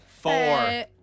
Four